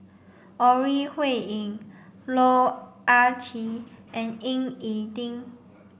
Ore Huiying Loh Ah Chee and Ying E Ding